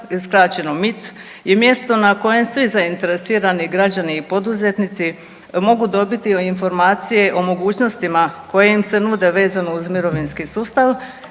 skraćeno MIC je mjesto na kojem svi zainteresirani građani i poduzetnici mogu dobiti informacije o mogućnosti koje im se nude vezano uz mirovinski sustav